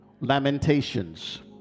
Lamentations